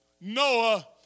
Noah